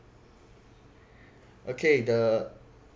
okay the